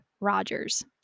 Rogers